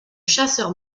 chasseur